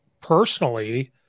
personally